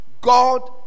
God